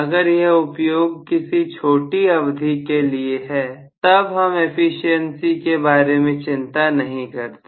अगर यह उपयोग किसी छोटी अवधि के लिए है तब हम एफिशिएंसी के बारे में चिंता नहीं करते